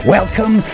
Welcome